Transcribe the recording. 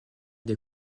des